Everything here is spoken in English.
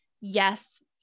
yes